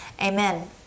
amen